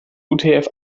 utf